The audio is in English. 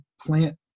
plant